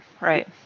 right